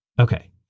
Okay